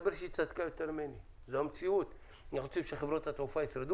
נוצרה בעיה.